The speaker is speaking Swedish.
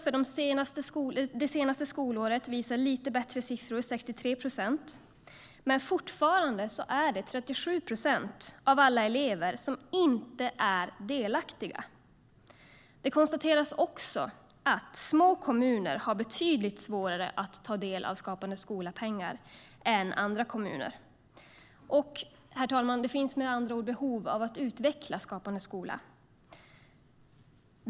Det senaste skolåret visar lite bättre siffror, 63 procent, men fortfarande är det 37 procent av alla elever som inte är delaktiga. Det konstateras också att små kommuner har betydligt svårare att ta del av Skapande skola-medel än andra kommuner. Det finns med andra ord behov av att utveckla Skapande skola.